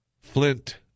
Flint